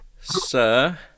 sir